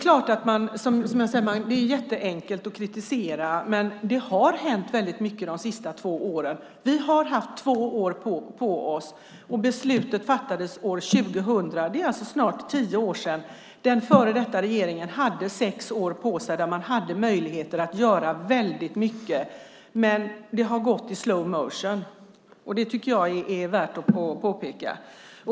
Det är jätteenkelt att kritisera, men det har hänt väldigt mycket de senaste två åren. Vi har haft två år på oss, och beslutet fattades 2000. Det är alltså snart tio år sedan. Den förra regeringen hade sex år på sig och hade möjligheter att göra väldigt mycket. Men det har gått i slow motion. Det tycker jag är värt att påpeka.